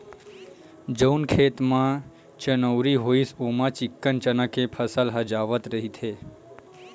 जउन खेत म चनउरी होइस ओमा चिक्कन चना के फसल ह जावत रहिथे